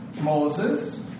Moses